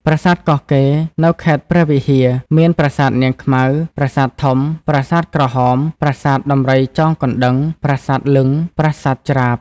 ប្រាសាទកោះកេរ នៅខេត្តព្រះវិហាមាន ប្រសាទនាងខ្មៅ ប្រសាទធំ ប្រាសាទក្រហម ប្រាសាទដំរីចងកណ្តឹង ប្រាសាទលិង្គ ប្រាសាទច្រាប។